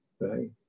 right